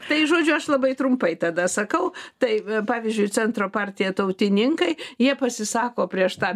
tai žodžiu aš labai trumpai tada sakau tai pavyzdžiui centro partija tautininkai jie pasisako prieš tą